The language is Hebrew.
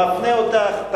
מפנה אותך,